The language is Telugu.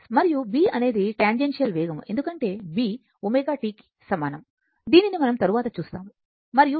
మరియు B అనేది ట్యాన్జెన్షియల్ వేగం ఎందుకంటే B ω t కి సమానం దీనిని మనం తరువాత చూస్తాము మరియు ఇది sin θ